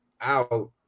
out